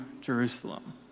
Jerusalem